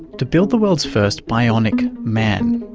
to build the world's first bionic man.